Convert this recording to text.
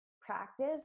practice